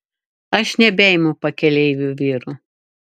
aš nebeimu pakeleivių vyrų